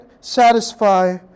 satisfy